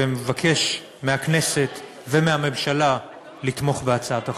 ומבקש מהכנסת ומהממשלה לתמוך בהצעת החוק.